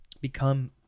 become